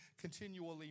continually